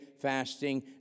fasting